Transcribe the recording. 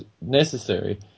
necessary